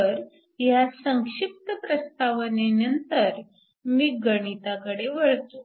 तर ह्या संक्षिप्त प्रस्तावनेनंतर मी गणिताकडे वळतो